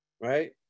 right